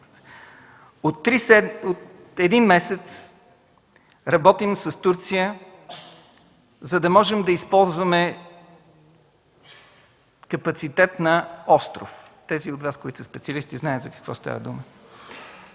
От един месец работим с Турция, за да можем да използваме „капацитет на остров” – тези от Вас, които са специалисти, знаят за какво става дума.